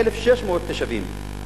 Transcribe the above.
1,600 תושבים,